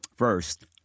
First